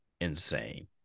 insane